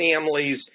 families